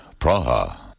Praha